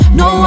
no